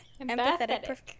Empathetic